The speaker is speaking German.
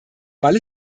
weil